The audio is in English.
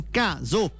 caso